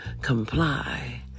comply